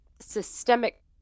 systemic